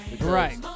Right